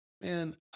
man